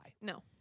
No